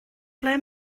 ble